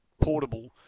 portable